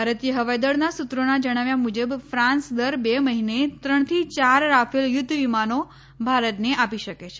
ભારતીય હવાઈદળના સૂત્રોના જણાવ્યા મુજબ ફાંસ દર બે મહિને ત્રણથી યાર રાફેલ યુધ્ધ વિમાનો ભારતને આપી શકે છે